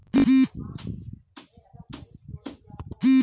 धान के बाली फूटे के समय कीट लागला पर कउन खाद क प्रयोग करे के चाही?